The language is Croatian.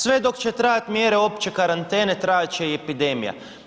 Sve dok će trajati mjere opće karantene, trajat će i epidemija.